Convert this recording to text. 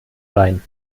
sein